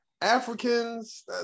Africans